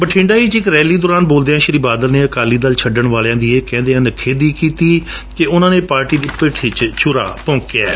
ਬਠਿੰਡਾ ਵਿਚ ਇਕ ਰੈਲੀ ਦੌਰਾਨ ਬੋਲਦਿਆਂ ਸ਼ੀ ਬਾਦਲ ਨੇ ਅਕਾਲੀ ਦਲ ਛੱਡਣ ਵਾਲਿਆਂ ਦੀ ਇਹ ਕਹਿੰਦਿਆਂ ਨਿਖੇਧੀ ਕੀਤੀ ਕਿ ਉਨ੍ਹਾਂ ਨੇ ਪਾਰਟੀ ਵਿਚ ਪਿੱਠ ਵਿਚ ਛੁਰਾ ਭੋਕਿਆ ਹੈ